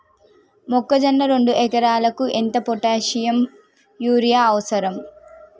మొక్కజొన్న రెండు ఎకరాలకు ఎంత పొటాషియం యూరియా అవసరం?